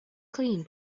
clean